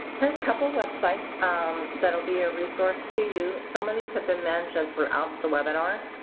here's a couple of websites that'll be a resource to you. some of these have been mentioned throughout the webinar.